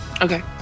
Okay